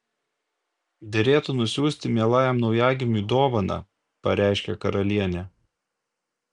derėtų nusiųsti mielajam naujagimiui dovaną pareiškė karalienė